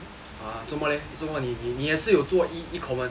啊做么 leh 做么你你你也是有做 E e-commerce ah